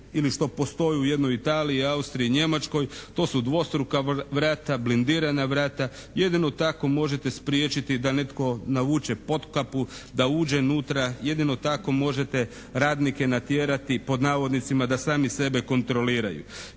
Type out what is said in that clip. ili što postoji u jednoj Italiji, Austriji, Njemačkoj. To su dvostruka vrata, blindirana vrata. Jedino tako možete spriječiti da netko navuče potkapu, da uđe unutra. Jedino tako možete radnike "natjerati da sami sebe kontroliraju".